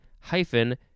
hyphen